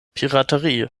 piraterie